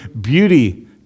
beauty